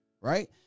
right